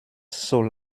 soll